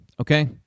okay